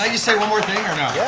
i just say one more thing or no?